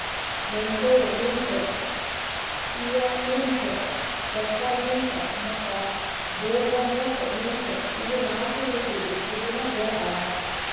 menthol mint, spearmint, peppermint ಮತ್ತ bergamot mint ಇವು ನಾಲ್ಕು ರೀತಿದ್ ಪುದೀನಾಗೊಳ್ ಅವಾ